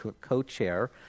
co-chair